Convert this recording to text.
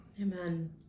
Amen